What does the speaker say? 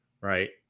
Right